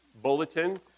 bulletin